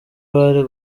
bari